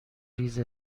ریز